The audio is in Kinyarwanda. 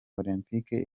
olempike